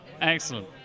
Excellent